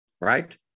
right